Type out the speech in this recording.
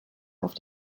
auf